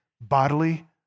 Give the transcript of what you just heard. bodily